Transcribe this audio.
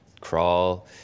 crawl